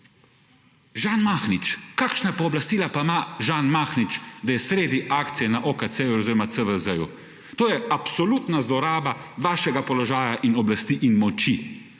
Žan Mahnič, kakšna pooblastila pa ima Žan Mahnič, da je sredi akcije na OKC-ju oziroma CVZ-ju? To je absolutna zloraba vašega položaja in oblasti in moči.